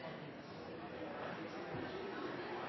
temaet. Det er